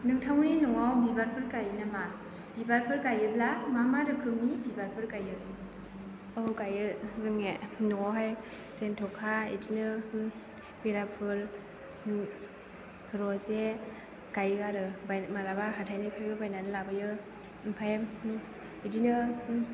नोंथांमोननि न'आव बिबारफोर गायो नामा बिबारफोर गायोब्ला मा मा रोखोमनि बिबारफोर गायो औ गायो जोंनिया न'आवहाय जेन्थ'खा बिदिनो बेराफुल रजे गायो आरो माब्लाबा हाथाइनिफ्रायबो बायनानै लाबोयो ओमफ्राय बिदिनो